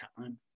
time